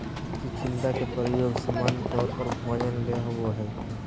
चिचिण्डा के प्रयोग सामान्य तौर पर भोजन ले होबो हइ